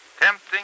Tempting